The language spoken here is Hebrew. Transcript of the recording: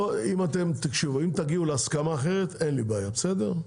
לא, אם תגיעו להסכמה אחרת אין לי בעיה, בסדר?